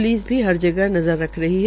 police भी हर जगह नज़र रख रही है